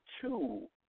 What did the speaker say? two